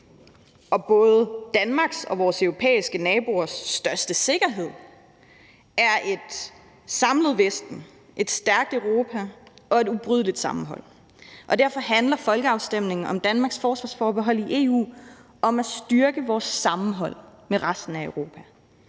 og både Danmarks og vores europæiske naboers største sikkerhed er et samlet Vesten, et stærkt Europa og et ubrydeligt sammenhold, og derfor handler folkeafstemningen om Danmarks forsvarsforbehold i EU om at styrke vores sammenhold med resten af Europa,